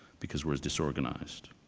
because we're disorganized.